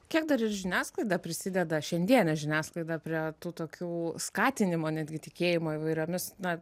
kiek dar ir žiniasklaida prisideda šiandienė žiniasklaida prie tų tokių skatinimo netgi tikėjimo įvairiomis na